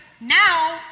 now